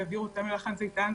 והעבירו אותם ל"לחן זיתן",